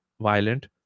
violent